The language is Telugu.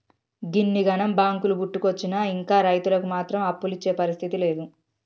గిన్నిగనం బాంకులు పుట్టుకొచ్చినా ఇంకా రైతులకు మాత్రం అప్పులిచ్చే పరిస్థితి లేదు